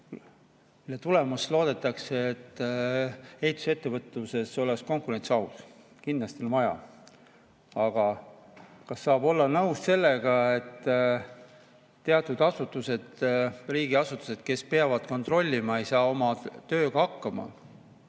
mille tulemusena loodetakse, et ehitusettevõtluses oleks aus konkurents? Kindlasti on vaja. Aga kas saab olla nõus sellega, et teatud riigiasutused, kes peavad kontrollima, ei saa oma tööga hakkama,